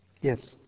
yes